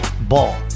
Ball